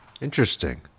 Interesting